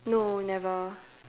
no never